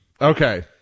Okay